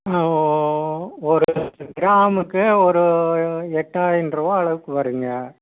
ஓ ஒரு கிராமுக்கு ஒரு எட்டாயிரம் ரூபா அளவுக்கு வருங்க